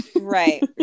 Right